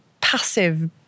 passive